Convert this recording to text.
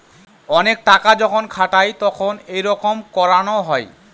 অনেক টাকা যখন খাতায় তখন এইরকম করানো হয়